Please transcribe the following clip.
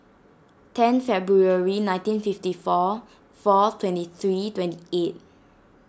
ten February nineteen fifty four four twenty three twenty eight